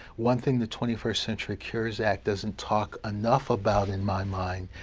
one thing the twenty first century cures act doesn't talk enough about, in my mind,